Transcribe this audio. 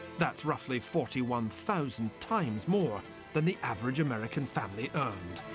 that's roughly forty one thousand times more than the average american family earned.